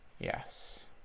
Yes